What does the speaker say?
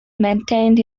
maintained